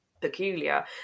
peculiar